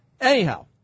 Anyhow